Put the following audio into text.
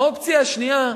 האופציה השנייה,